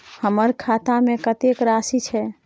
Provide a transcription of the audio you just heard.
हमर खाता में कतेक राशि छै?